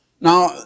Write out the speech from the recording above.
Now